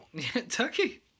Turkey